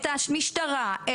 את המשטרה,